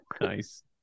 Nice